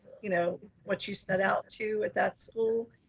you know what you set out to at that school.